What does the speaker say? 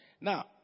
Now